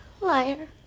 Liar